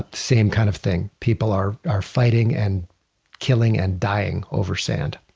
same kind of thing. people are are fighting and killing and dying over sand